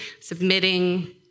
submitting